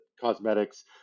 cosmetics